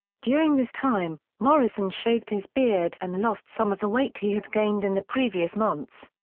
during this time, morrison shaved his beard and lost some of the weight he had gained in the previous months.